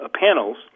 panels